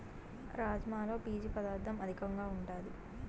రాజ్మాలో పీచు పదార్ధం అధికంగా ఉంటాది